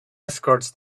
escorts